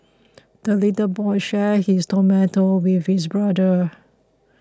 the little boy shared his tomato with his brother